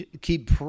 keep